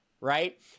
right